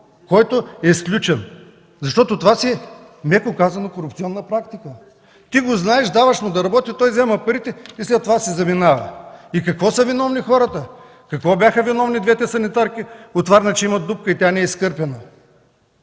който е сключен? Това си е меко казано корупционна практика. Ти го знаеш, даваш му да работи, той взема парите и след това си заминава. Какво са виновни хората? Какво бяха виновните двете санитарки от Варна, че има дупка и тя не е изкърпена?